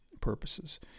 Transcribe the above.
purposes